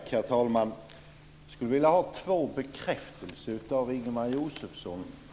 Herr talman! Jag skulle vilja ha två bekräftelser av Ingemar Josefsson.